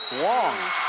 long.